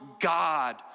God